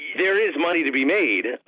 there is money to be made.